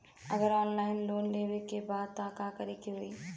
अगर offline loan लेवे के बा त का करे के होयी?